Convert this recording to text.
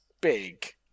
big